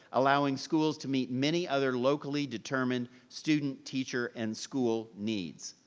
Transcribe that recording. allowing schools to meet many other locally determined student, teacher, and school needs.